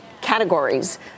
categories